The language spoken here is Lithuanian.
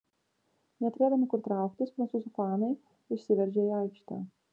neturėdami kur trauktis prancūzų fanai išsiveržė į aikštę